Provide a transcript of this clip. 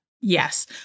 Yes